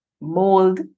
mold